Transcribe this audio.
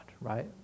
right